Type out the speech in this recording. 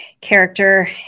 character